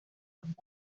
los